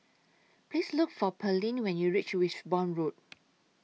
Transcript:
Please Look For Pearlene when YOU REACH Wimborne Road